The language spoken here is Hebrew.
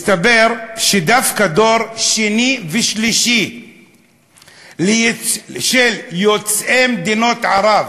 מסתבר שדווקא דור שני ושלישי של יוצאי מדינות ערב,